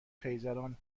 خیزران